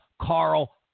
Carl